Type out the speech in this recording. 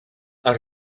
els